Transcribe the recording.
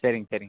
சரிங்க சரிங்க